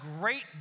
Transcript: great